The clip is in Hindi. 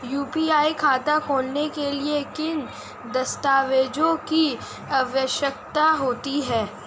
यू.पी.आई खाता खोलने के लिए किन दस्तावेज़ों की आवश्यकता होती है?